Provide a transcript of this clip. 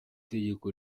tegeko